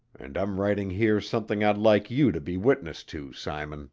and i'm writing here something i'd like you to be witness to, simon